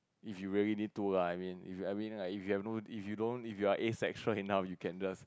if you really need to lah I mean if I mean like if you have don't if you are asexual enough you can just